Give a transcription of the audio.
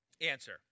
answer